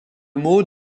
mot